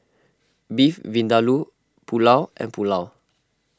Beef Vindaloo Pulao and Pulao